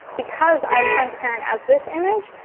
because i'm transparent as this image,